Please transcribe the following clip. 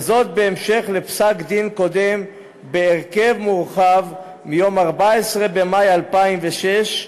וזאת בהמשך לפסק-דין קודם בהרכב מורחב מיום 14 במאי 2006,